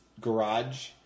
garage